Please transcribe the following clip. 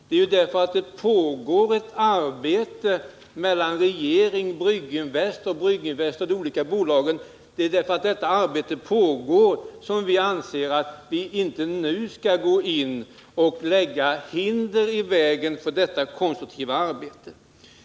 Det är därför att det pågår diskussioner mellan regeringen och Brygginvest, mellan Brygginvest och de olika bolagen, som vi anser att vi inte nu skall gå in och lägga hinder i vägen för detta konstruktiva arbete.